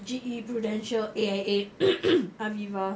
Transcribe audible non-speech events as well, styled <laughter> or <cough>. G_E prudential A_I_A <noise> aviva